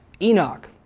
Enoch